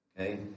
Okay